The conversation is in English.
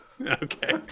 Okay